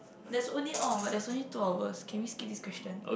there's only all of us there's only two of us can we skip this question